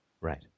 Right